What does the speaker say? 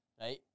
right